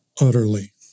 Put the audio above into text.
utterly